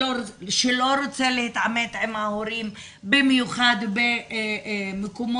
שלא רוצה להתעמת עם ההורים במיוחד במקומות